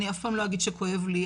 אני אף פעם לא אגיד שכואב לי,